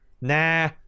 nah